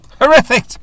Horrific